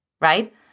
right